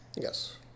Yes